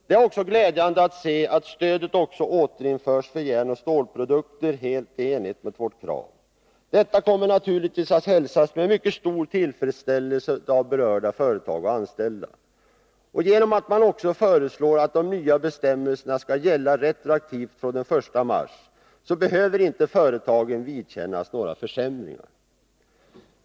Det är också glädjande att se att stödet återinförs för järnoch stålprodukter, helt i enlighet med vårt krav. Detta kommer naturligtvis att hälsas med mycket stor tillfredsställelse av berörda företag och anställda. Genom att man också föreslår att de nya bestämmelserna skall gälla retroaktivt från den 1 mars behöver inte företagen vidkännas några försämringar.